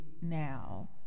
now